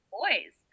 boys